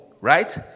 right